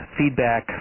feedback